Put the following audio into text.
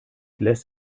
lässt